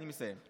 אני מסיים.